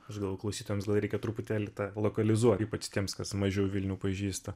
aš galvoju klausytojams gal reikia truputėlį tą lokalizuot ypač tiems kas mažiau vilnių pažįsta